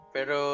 Pero